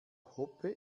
hoppe